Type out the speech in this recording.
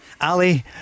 Ali